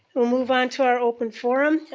we'll move on to our open forum.